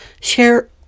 Share